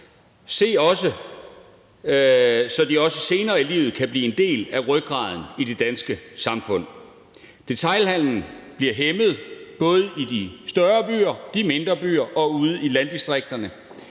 1 kr.,så de også senere i livet kan blive en del af rygraden i det danske samfund. Detailhandelen bliver hæmmet, både i de større byer, de mindre byer og ude i landdistrikterne.